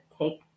take